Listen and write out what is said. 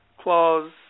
clause